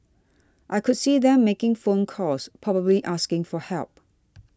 I could see them making phone calls probably asking for help